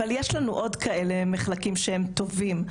אבל יש לנו עוד כאלה מחלקים שהם טובים,